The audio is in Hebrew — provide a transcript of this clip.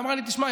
ואמרה לי: תשמע,